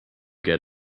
get